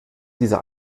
dieser